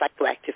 psychoactive